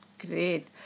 Great